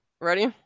ready